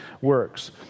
works